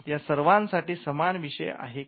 या सर्वांसाठी समान विषय आहे का